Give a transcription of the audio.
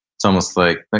it's almost like,